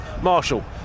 Marshall